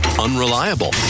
unreliable